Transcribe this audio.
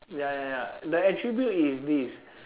ya ya ya the attribute is this